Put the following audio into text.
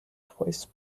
twice